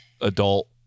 adult